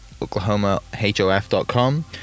OklahomaHOF.com